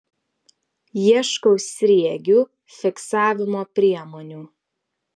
ieškau sriegių fiksavimo priemonių